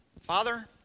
Father